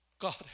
God